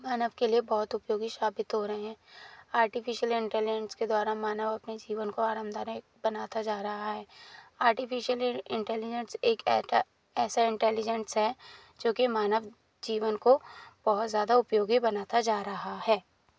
मानव के लिए बहुत उपयोगी साबित हो रहे हैं आर्टिफिशियल इंटेलिजेंस के द्वारा मानव अपने जीवन को आरामदायक बनाता जा रहा है आर्टिफिशियल इंटेलिजेंस एक ऐसा इंटेलिजेंस है जो कि मानव जीवन को बहुत ज़्यादा उपयोगी बनाता जा रहा है